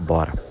Bora